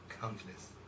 countless